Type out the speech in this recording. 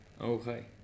Okay